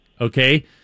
okay